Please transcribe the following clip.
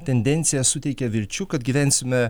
tendencija suteikia vilčių kad gyvensime